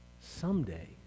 Someday